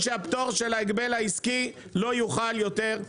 שהפטור של ההגבל העסקי לא יוכל יותר.